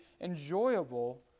enjoyable